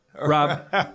Rob